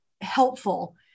helpful